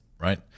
right